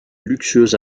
luxueux